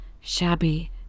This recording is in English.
shabby